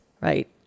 Right